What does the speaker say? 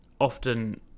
often